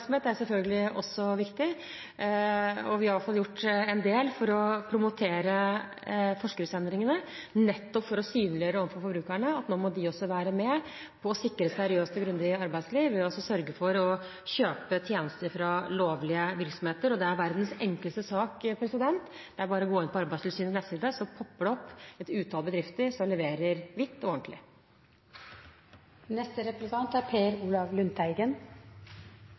Medieoppmerksomhet er selvfølgelig også viktig. Vi har i alle fall gjort en del for å promotere forskriftsendringene, nettopp for å synliggjøre overfor forbrukerne at nå må de også være med på å sikre et seriøst og grundig arbeidsliv ved å sørge for å kjøpe tjenester fra lovlige virksomheter. Det er verdens enkleste sak. Det er bare å gå inn på Arbeidstilsynets nettside, så popper det opp et utall av bedrifter som leverer hvitt og ordentlig. Det som er